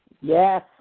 yes